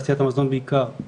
תעשיית המזון בעיקר,